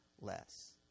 less